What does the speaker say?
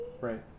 Right